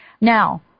Now